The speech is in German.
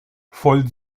voll